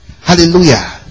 Hallelujah